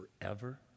forever